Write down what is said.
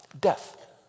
Death